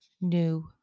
new